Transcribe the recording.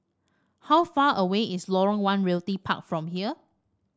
how far away is Lorong One Realty Park from here